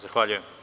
Zahvaljujem.